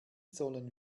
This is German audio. sollen